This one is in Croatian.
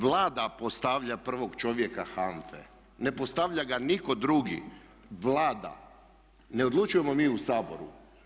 Vlada postavlja prvog čovjeka HANFA-e, ne postavlja ga nitko drugi, Vlada, ne odlučujemo mi u Saboru.